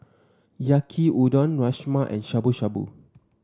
Yaki Udon Rajma and Shabu Shabu